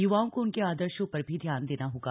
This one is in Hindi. युवाओं को उनके आदर्शों पर भी ध्यान देना होगा